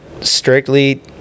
strictly